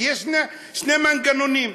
כי יש שני מנגנונים: